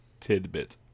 tidbit